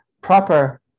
proper